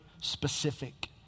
specific